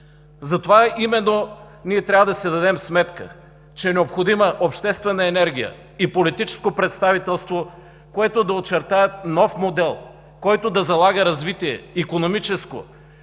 Затова именно ние трябва да си дадем сметка, че са необходими обществена енергия и политическо представителство, които да очертаят нов модел, който да залага развитие – икономическо,